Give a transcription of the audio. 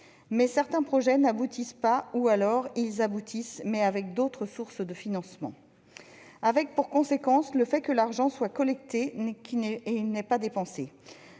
mais certains projets n'aboutissent pas ou, alors, ils aboutissent avec d'autres sources de financement. La conséquence, c'est que l'argent ainsi collecté n'est pas dépensé.